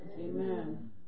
Amen